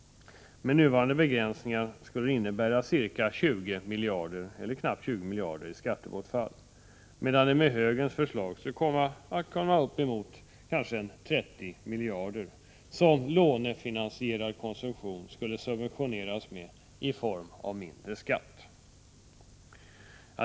Med nuvarande begränsningar skulle det innebära knappt 20 miljarder i skattebortfall, medan det med högerns förslag skulle bli uppemot 30 miljarder kronor som lånefinansierad konsumtion skulle subventioneras med i form av mindre skatt.